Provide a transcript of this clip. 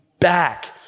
back